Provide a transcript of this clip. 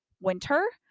winter